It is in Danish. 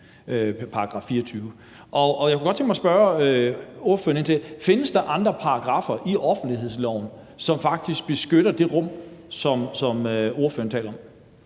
24. Jeg kunne godt tænke mig at spørge ordføreren: Findes der andre paragraffer i offentlighedsloven, som faktisk beskytter det rum, som ordføreren taler om?